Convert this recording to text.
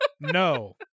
No